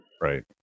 right